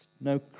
no